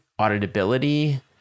auditability